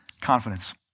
confidence